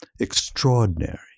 extraordinary